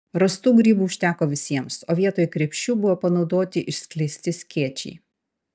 rastų grybų užteko visiems o vietoj krepšių buvo panaudoti išskleisti skėčiai